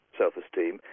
self-esteem